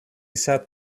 sat